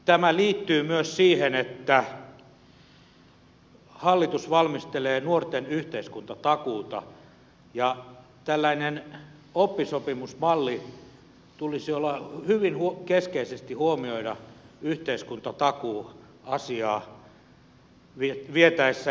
tämä liittyy myös siihen että hallitus valmistelee nuorten yhteiskuntatakuuta ja tällainen oppisopimusmalli tulisi hyvin keskeisesti huomioida vietäessä eteenpäin yhteiskuntatakuuasiaa